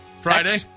Friday